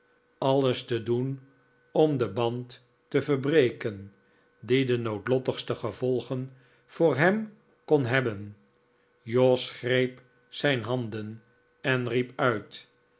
alies te doen om den band te verbreken die de noodlottigste gevolgen voor hem kon hebben jos greep zijn handen en riep uit